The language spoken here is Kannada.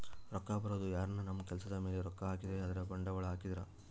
ರೊಕ್ಕ ಬರೋದು ಯಾರನ ನಮ್ ಕೆಲ್ಸದ್ ಮೇಲೆ ರೊಕ್ಕ ಹಾಕಿದ್ರೆ ಅಂದ್ರ ಬಂಡವಾಳ ಹಾಕಿದ್ರ